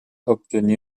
obtenu